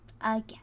Again